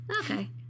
Okay